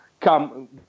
come